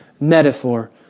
metaphor